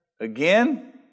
again